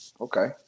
okay